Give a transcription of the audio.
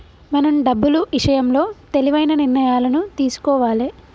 మనం డబ్బులు ఇషయంలో తెలివైన నిర్ణయాలను తీసుకోవాలే